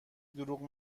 دروغ